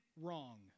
wrong